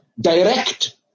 direct